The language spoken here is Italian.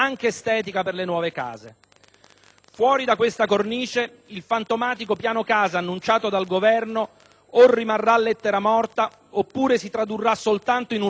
Fuori da questa cornice, il fantomatico Piano casa annunciato dal Governo o rimarrà lettera morta, oppure si tradurrà soltanto in un regalo a pochi grandi speculatori,